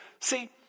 See